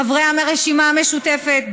חברי הרשימה המשותפת,